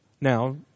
Now